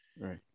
Right